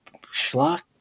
schlock